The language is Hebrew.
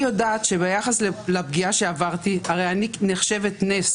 אני יודעת שביחס לפגיעה שעברתי הרי אני נחשבת נס,